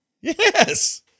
yes